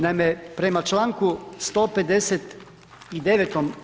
Naime, prema članku 159.